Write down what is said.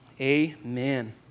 Amen